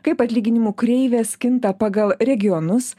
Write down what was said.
kaip atlyginimų kreivės kinta pagal regionus